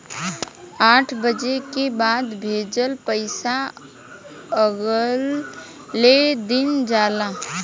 आठ बजे के बाद भेजल पइसा अगले दिन जाला